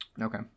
Okay